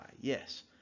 yes